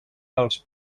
dels